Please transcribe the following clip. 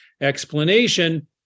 explanation